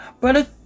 Brother